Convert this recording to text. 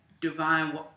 divine